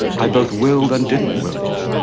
i both willed and didn't will it.